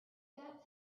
that